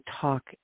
talk